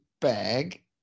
bag